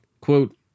quote